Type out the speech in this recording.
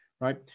Right